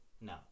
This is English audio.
no